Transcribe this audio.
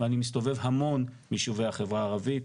ואני מסתובב המון בישובי החברה הערבית,